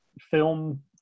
film